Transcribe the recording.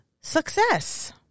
success